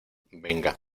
venga